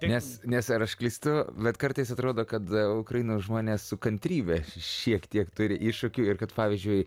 nes nes ar aš klystu bet kartais atrodo kad ukrainos žmones su kantrybe šiek tiek turi iššūkių ir kad pavyzdžiui